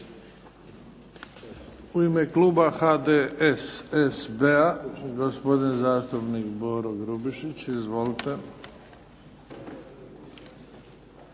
U ime kluba HDSSB-a, gospodin zastupnik Boro Grubišić. Izvolite.